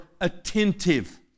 attentive